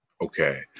Okay